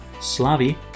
Slavi